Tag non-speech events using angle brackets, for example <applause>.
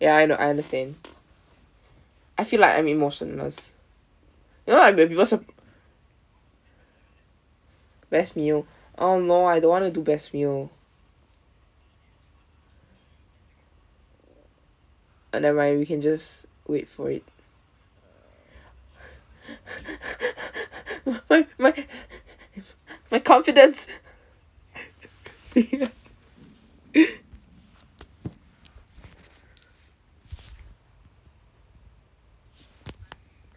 ya I know I understand I feel like I'm emotionless you know like when people sur~ best meal oh no I don't want to do best meal uh never mind we can just wait for it <noise> my confidence